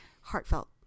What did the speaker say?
heartfelt